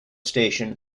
station